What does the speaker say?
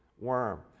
worm